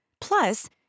Plus